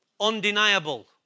undeniable